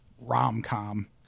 rom-com